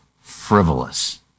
frivolous